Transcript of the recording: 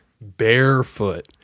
Barefoot